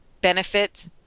benefit